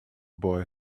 boy